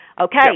Okay